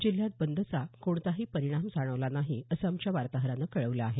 जिल्ह्यात बंदचा कोणताही परिणाम जाणवला नाही असं आमच्या वार्ताहरानं कळवलं आहे